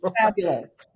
fabulous